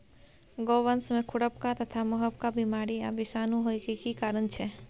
गोवंश में खुरपका तथा मुंहपका बीमारी आ विषाणु होय के की कारण छै?